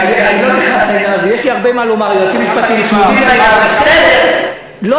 גם היועצים המשפטיים צמודים, כן, אני לא